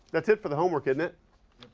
that's it for the homework, isn't it?